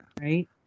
right